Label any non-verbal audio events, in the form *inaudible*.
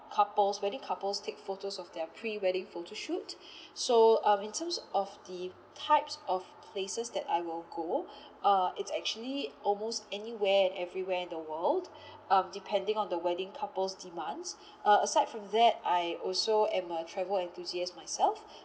couples wedding couple take photos of their pre wedding photoshoot *breath* so uh in terms of the types of places that I will go *breath* uh it's actually almost anywhere and everywhere in the world *breath* um depending on the wedding couples' demands *breath* uh aside from that I also am a travel enthusiast myself *breath*